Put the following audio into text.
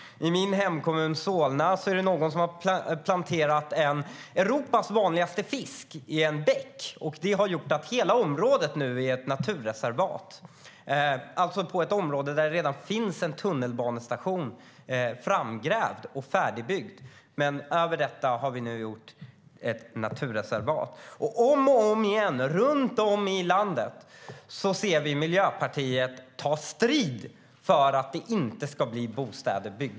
I min hemkommun Solna är det någon som har planterat ut Europas vanligaste fisk i en bäck. Det har gjort att hela området nu är ett naturreservat. Det är alltså ett område där det redan finns en tunnelbanestation framgrävd och färdigbyggd. Men över det har det nu blivit ett naturreservat. Om och om igen runt om i landet ser vi Miljöpartiet ta strid för att det inte ska byggas bostäder.